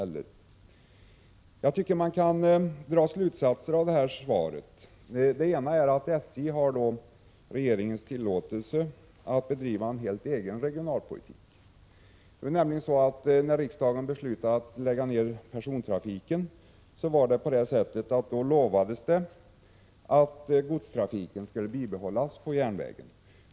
Man kan dra vissa slutsatser av det lämnade svaret. En av dessa är att SJ har regeringens tillåtelse att helt på egen hand bedriva regionalpolitik. När riksdagen beslutade att lägga ned persontrafiken utlovades nämligen att godstrafiken på bandelen skulle bibehållas.